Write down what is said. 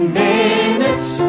minutes